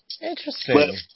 Interesting